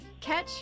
Catch